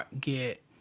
get